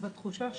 בתחושה שלנו,